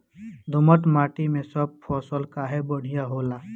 दोमट माटी मै सब फसल काहे बढ़िया होला?